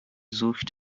sucht